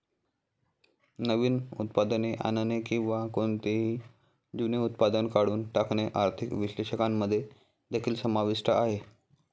नवीन उत्पादने आणणे किंवा कोणतेही जुने उत्पादन काढून टाकणे आर्थिक विश्लेषकांमध्ये देखील समाविष्ट आहे